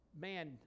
man